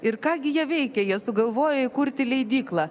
ir ką gi jie veikia jie sugalvoja įkurti leidyklą